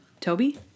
Toby